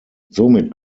somit